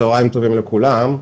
צוהריים טובים לכולם.